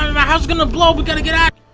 my house gonna blow, we gotta get out